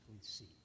see